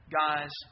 guys